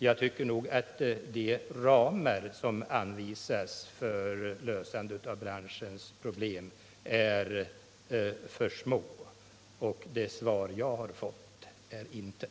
Jag tycker att de ramar som anvisas för lösande av branschens problem är för små, och det svar jag har fått ger intet.